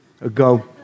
ago